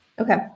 Okay